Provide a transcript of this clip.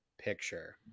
picture